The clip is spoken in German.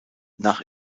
nach